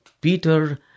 Peter